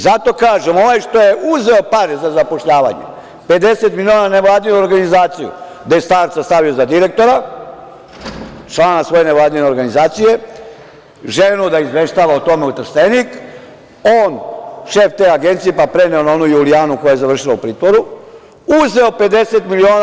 Zato kažem, onaj što je uzeo pare za zapošljavanje 50 miliona nevladine organizacije, gde je starca stavio za direktora, člana svoje nevladine organizacije, ženu da izveštava o tome u Trstenik, on, šef te agencije, pa preneo na onu Julijanu koja je završila u pritvoru, uzeo 50 miliona.